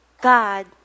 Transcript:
God